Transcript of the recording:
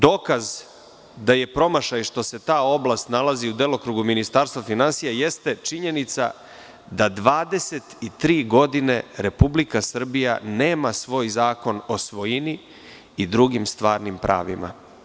Dokaz da je promašaj što se ta oblast nalazi u delokrugu Ministarstva finansija jeste činjenica da 23 godine Republika Srbija nema svoj zakon o svojini i drugim stvarnim pravima.